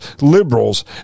liberals